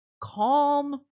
Calm